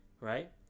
right